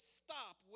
stop